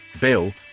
Bill